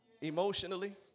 emotionally